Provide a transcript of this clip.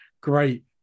great